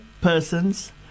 persons